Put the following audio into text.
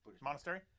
Monastery